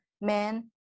men